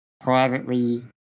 privately